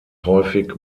häufig